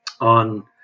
on